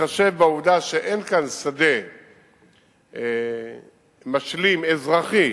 בהתחשב בעובדה שאין כאן שדה משלים אזרחי,